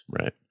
Right